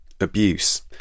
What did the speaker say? abuse